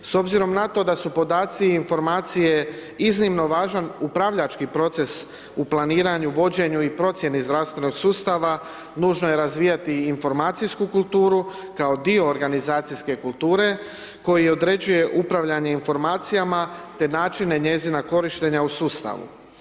S obzirom na to da su podaci i informacije iznimno važan upravljački proces u planiranju, vođenju i procjeni zdravstvenog sustava nužno je razvijati i informacijsku kulturu kao dio organizacijske kulture koji određuje upravljanje informacijama te načine njezina korištenja u sustavu.